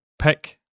pick